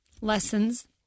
lessons